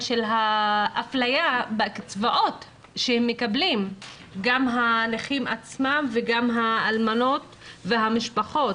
האפליה בקצבאות שמקבלים גם הנכים וגם האלמנות והמשפחות.